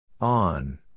On